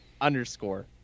underscore